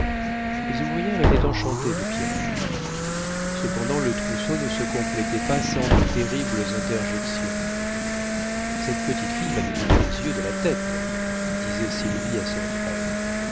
les ouvrières étaient enchantées de pierrette cependant le trousseau ne se complétait pas sans de terribles interjections cette petite fille va nous coûter les yeux de la tête disait sylvie à son frère